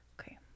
Okay